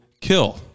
kill